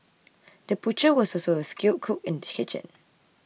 the butcher was also a skilled cook in the kitchen